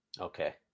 Okay